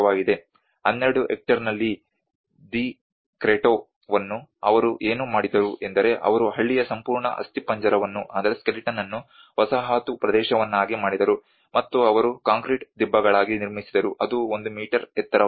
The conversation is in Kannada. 12 ಹೆಕ್ಟೇರ್ನಲ್ಲಿ ದಿ ಕ್ರೆಟ್ಟೊವನ್ನು ಅವರು ಏನು ಮಾಡಿದರು ಎಂದರೆ ಅವರು ಹಳ್ಳಿಯ ಸಂಪೂರ್ಣ ಅಸ್ಥಿಪಂಜರವನ್ನು ವಸಾಹತು ಪ್ರದೇಶವನ್ನಾಗಿ ಮಾಡಿದರು ಮತ್ತು ಅವರು ಕಾಂಕ್ರೀಟ್ ದಿಬ್ಬಗಳಾಗಿ ನಿರ್ಮಿಸಿದರು ಅದು ಒಂದು ಮೀಟರ್ ಎತ್ತರವಾಗಿದೆ